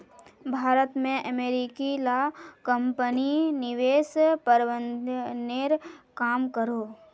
भारत में अमेरिकी ला कम्पनी निवेश प्रबंधनेर काम करोह